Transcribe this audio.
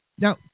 Now